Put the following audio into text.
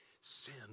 sin